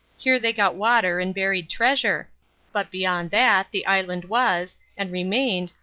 here they got water and buried treasure but beyond that the island was, and remained,